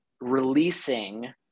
releasing